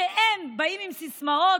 שהם באים עם סיסמאות,